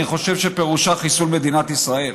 אני חושב שפירושה חיסול מדינת ישראל,